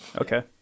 Okay